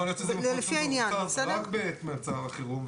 יכול להיות שזה מפורסם רק בעת מצב החירום,